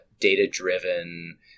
data-driven